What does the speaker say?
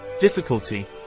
Difficulty